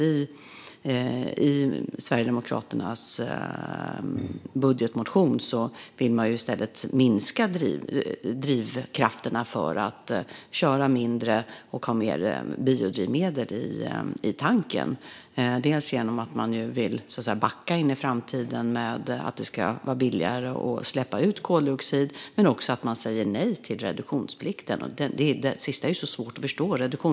I Sverigedemokraternas budgetmotion vill man i stället minska drivkrafterna för att köra mindre och ha mer biodrivmedel i tanken - dels genom att man vill backa in i framtiden med att det ska vara billigare att släppa ut koldioxid, dels genom att man säger nej till reduktionsplikten. Det sista är mycket svårt att förstå.